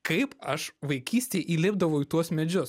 kaip aš vaikystėj įlipdavau į tuos medžius